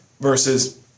versus